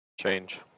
Change